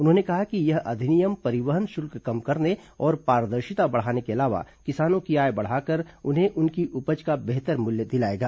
उन्होंने कहा कि यह अधिनियम परिवहन शुल्क कम करने और पारदर्शिता बढ़ाने के अलावा किसानों की आय बढ़ाकर उन्हें उनकी उपज का बेहतर मुल्य दिलाएगा